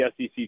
SEC